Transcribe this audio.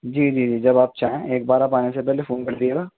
جی جی جی جب آپ چاہیں ایک بار آپ آنے سے پہلے فون کر دیجیے گا